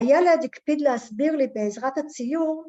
‫הילד הקפיד להסביר לי ‫בעזרת הציור.